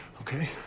Okay